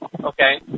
Okay